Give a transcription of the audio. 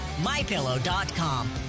MyPillow.com